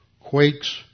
quakes